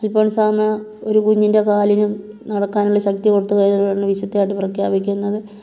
അൽഫോൻസാമ്മ ഒരു കുഞ്ഞിൻ്റെ കാലിന് നടക്കാനുള്ള ശക്തി കൊടുത്തതാണ് വിശുദ്ധ ആയിട്ട് പ്രഖ്യാപിക്കുന്നത്